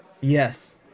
Yes